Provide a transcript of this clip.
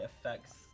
effects